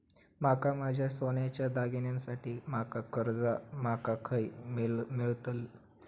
माका माझ्या सोन्याच्या दागिन्यांसाठी माका कर्जा माका खय मेळतल?